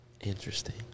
Interesting